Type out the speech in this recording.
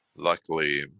Luckily